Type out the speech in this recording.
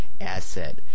asset